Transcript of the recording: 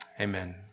Amen